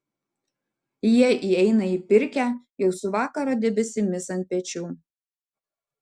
jie įeina į pirkią jau su vakaro debesimis ant pečių